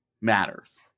matters